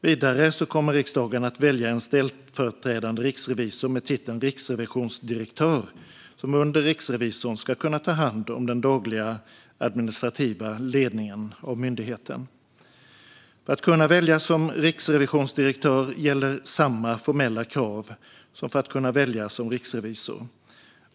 Vidare kommer riksdagen att välja en ställföreträdande riksrevisor med titeln riksrevisionsdirektör, som under riksrevisorn ska kunna ta hand om den dagliga administrativa ledningen av myndigheten. För att kunna väljas som riksrevisionsdirektör gäller samma formella krav som för att kunna väljas som riksrevisor.